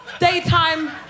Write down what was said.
daytime